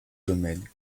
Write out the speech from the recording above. domaine